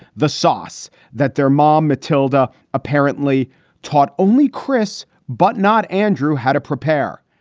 the source that their mom, matilda, apparently taught only chris, but not andrew, how to prepare.